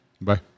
Bye